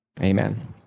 Amen